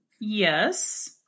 Yes